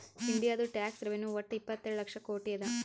ಇಂಡಿಯಾದು tax revenue ವಟ್ಟ ಇಪ್ಪತ್ತೇಳು ಲಕ್ಷ ಕೋಟಿ ಅದಾ